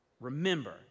remember